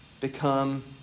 become